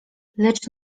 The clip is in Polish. lecz